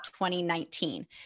2019